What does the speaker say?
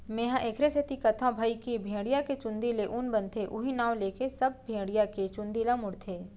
मेंहा एखरे सेती कथौं भई की भेड़िया के चुंदी ले ऊन बनथे उहीं नांव लेके सब भेड़िया के चुंदी ल मुड़थे